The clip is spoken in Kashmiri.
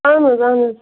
اہن حظ اہن حظ